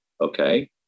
Okay